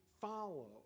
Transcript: follow